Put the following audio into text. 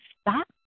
stop